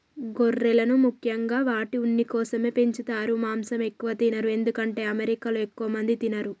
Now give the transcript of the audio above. గొర్రెలను ముఖ్యంగా వాటి ఉన్ని కోసమే పెంచుతారు మాంసం ఎక్కువ తినరు ఎందుకంటే అమెరికాలో ఎక్కువ మంది తినరు